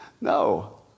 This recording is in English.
No